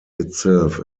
itself